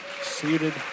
seated